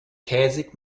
käsig